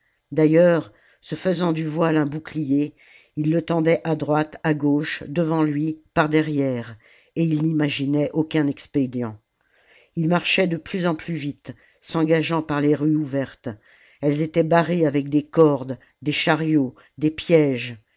d'aiheurs se faisant du voile un bouclier il le tendait à droite à gauche devant lui par derrière et ils n'imaginaient aucun expédient il marchait de plus en plus vite s'engageant par les rues ouvertes elles étaient barrées avec des cordes des chariots des pièges